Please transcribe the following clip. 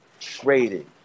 traded